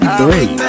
three